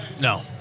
No